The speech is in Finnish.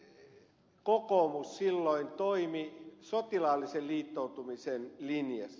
näin kokoomus silloin toimi sotilaallisen liittoutumisen linjassa